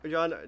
John